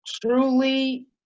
truly